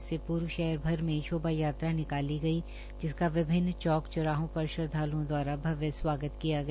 इससे पूर्व शहर भर में शोभायात्रा निकाली गई जिसका विभिन्न चौक चौराहों पर श्रद्वालुओं द्वारा भव्य स्वागत किया गया